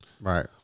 Right